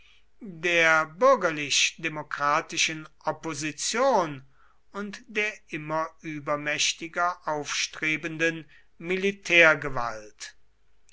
der bürgerlich demokratischen opposition und der immer übermächtiger aufstrebenden